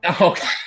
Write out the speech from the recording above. Okay